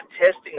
testing